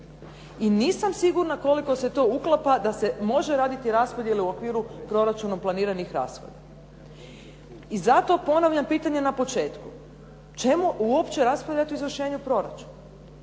i nisam sigurna koliko se to uklapa da se može raditi raspodjele u okviru proračunom planiranih rashoda. I zato ponavljam pitanje na početku. Čemu uopće raspravljati o izvršenju proračuna